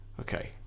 okay